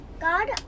god